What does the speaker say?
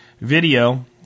video